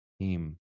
team